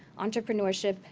entrepreneurship,